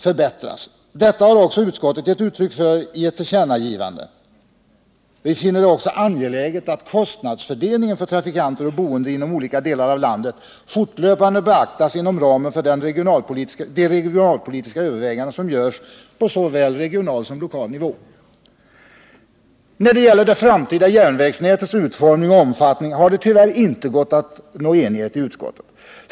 förbättras. Detta har också utskottet gett uttryck för i ett tillkännagivande. Vi finner det också angeläget att kostnadsfördelningen för trafikanter och boende inom olika delar av landet fortlöpande beaktas inom ramen för de regionalpolitiska överväganden som görs på såväl regional som central nivå. När det gäller det framtida järnvägsnätets utformning och omfattning har det tyvärr inte gått att nå enighet i utskottet.